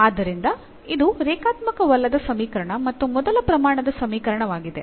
ಆದ್ದರಿಂದ ಇದು ರೇಖಾತ್ಮಕವಲ್ಲದ ಸಮೀಕರಣ ಮತ್ತು ಮೊದಲ ಪ್ರಮಾಣದ ಸಮೀಕರಣವಾಗಿದೆ